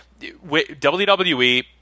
WWE